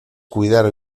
cuidar